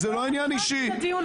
זה לא עניין אישי.